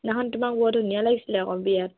সেইদিনাখন তোমাক বৰ ধুনীয়া লাগিছিলে আকৌ বিয়াত